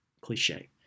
cliche